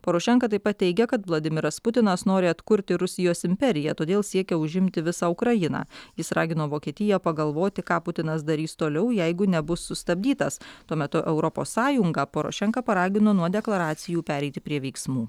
porošenka taip pat teigia kad vladimiras putinas nori atkurti rusijos imperiją todėl siekia užimti visą ukrainą jis ragino vokietiją pagalvoti ką putinas darys toliau jeigu nebus sustabdytas tuo metu europos sąjungą porošenka paragino nuo deklaracijų pereiti prie veiksmų